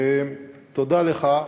תודה לך.